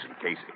Casey